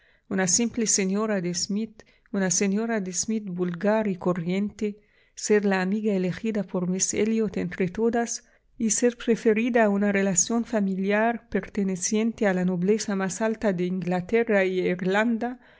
una simple señora de smith una señora de smith vulgar y corriente ser la amiga elegida por misa elliot entre todas y ser preferida a una relación familiar perteneciente a la nobleza más alta de inglaterra e irlanda